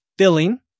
filling